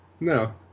No